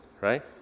Right